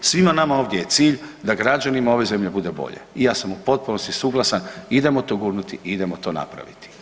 Svima nama je ovdje cilj da građanima ove zemlje bude bolje i ja sam u potpunosti suglasan, idemo to gurnuti i idemo to napraviti.